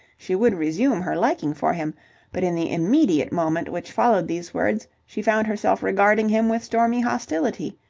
she would resume her liking for him but in the immediate moment which followed these words she found herself regarding him with stormy hostility.